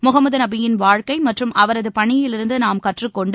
முகமது நபியின் வாழ்க்கை மற்றும் அவரது பணியிலிருந்து நாம் கற்றுக் கொண்டு